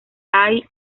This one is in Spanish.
hay